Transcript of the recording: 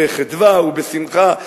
בחדווה ובשמחה.